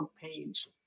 page